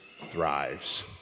thrives